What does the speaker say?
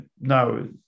No